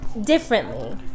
differently